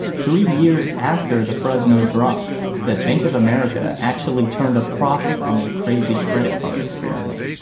three years after the fresno drop that bank of america actually turned a profit on their crazy credit card experiment.